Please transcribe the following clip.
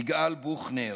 יגאל בוכנר,